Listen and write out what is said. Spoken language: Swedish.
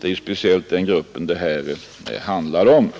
Det är ju speciellt den gruppen det här handlar om.